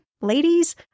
ladies